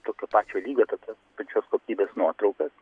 tokio pačio lygio tokios pačios kokybės nuotraukas